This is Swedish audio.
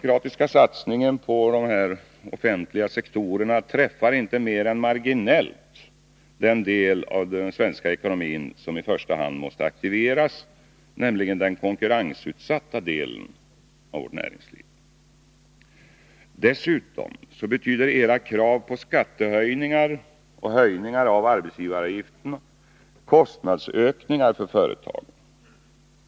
Jag vågar mig på påståendet att den socialdemokratiska satsningen inte mer än marginellt träffar den del av den svenska ekonomin som i första hand måste aktiveras, nämligen den konkurrensutsatta delen av näringslivet. Dessutom betyder era krav på skattehöjningar och höjningar av arbetsgivaravgifterna kostnadsökningar för företagen.